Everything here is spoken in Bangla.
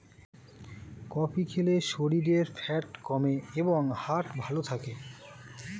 কফি খেলে শরীরের ফ্যাট কমে এবং হার্ট ভালো থাকে